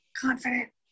confident